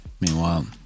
Meanwhile